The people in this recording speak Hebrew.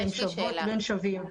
שהן שוות בין שווים,